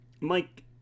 Mike